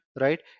right